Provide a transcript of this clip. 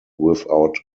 without